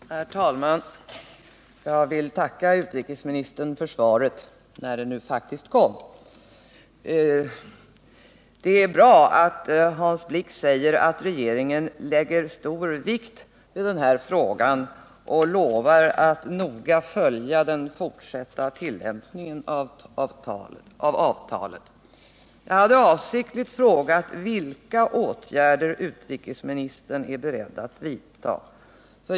Herr talman! Jag vill tacka utrikesministern för svaret, när det nu faktiskt kom. Det är bra att Hans Blix säger att regeringen lägger stor vikt vid den här frågan och lovar att noga följa den fortsatta tillämpningen av avtalet. Jag hade avsiktligt frågat vilka åtgärder utrikesministern är beredd att vidta.